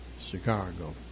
Chicago